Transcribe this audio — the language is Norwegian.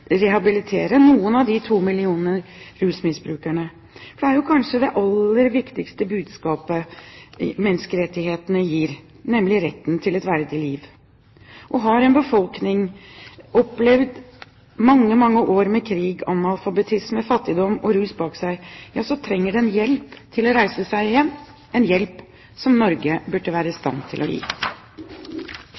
rehabilitere noen av de to millionene rusmisbrukere. For det er jo kanskje det aller viktigste budskapet menneskerettighetene gir – nemlig retten til et verdig liv. Har en befolkning opplevd mange, mange år med krig, analfabetisme, fattigdom og rus bak seg, så trenger den hjelp til å reise seg igjen – en hjelp som Norge burde være i stand til å gi.